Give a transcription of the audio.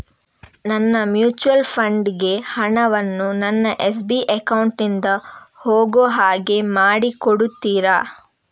ನನ್ನ mutual fund ಗೆ ಹಣ ವನ್ನು ನನ್ನ ಎಸ್.ಬಿ ಅಕೌಂಟ್ ನಿಂದ ಹೋಗು ಹಾಗೆ ಮಾಡಿಕೊಡುತ್ತೀರಾ?